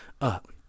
up